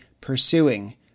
pursuing